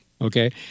okay